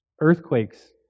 Earthquakes